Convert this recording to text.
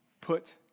Put